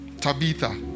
Tabitha